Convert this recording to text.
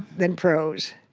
than prose.